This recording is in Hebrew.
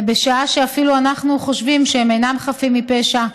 בשעה שאפילו אנחנו חושבים שהם אינם חפים מפשע,